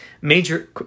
Major